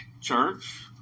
church